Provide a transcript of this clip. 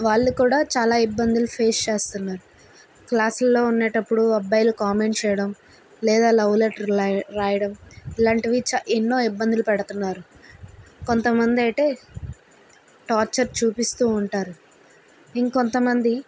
వాళ్ళు కూడా చాలా ఇబ్బందులు ఫేస్ చేస్తున్నారు క్లాసు ల్లో ఉండేప్పుడు అబ్బాయిలు కామెంట్ చేయడం లేదా లవ్ లెటర్లు రాయడం ఇలాంటివి ఎన్నో ఇబ్బందులు పెడుతున్నారు కొంత మందైతే టార్చర్ చూపిస్తూ ఉంటారు ఇంకొంతమంది